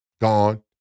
gone